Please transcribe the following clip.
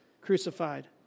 crucified